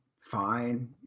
fine